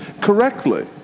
correctly